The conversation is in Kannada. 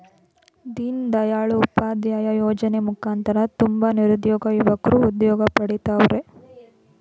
ದೀನ್ ದಯಾಳ್ ಉಪಾಧ್ಯಾಯ ಯೋಜನೆ ಮುಖಾಂತರ ತುಂಬ ನಿರುದ್ಯೋಗ ಯುವಕ್ರು ಉದ್ಯೋಗ ಪಡಿತವರ್ರೆ